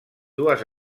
dues